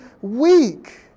weak